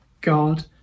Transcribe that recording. God